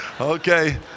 Okay